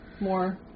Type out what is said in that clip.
more